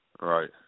Right